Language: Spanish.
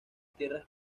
tierras